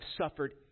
suffered